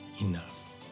enough